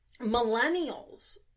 Millennials